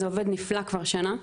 וזה עובד נפלא כבר שנה.